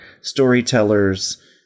storytellers